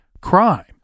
crime